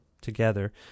together